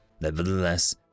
Nevertheless